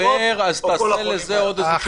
תעשה לזה עוד פתרון.